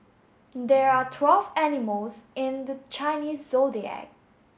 there are twelve animals in the Chinese Zodiac